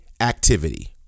activity